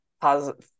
positive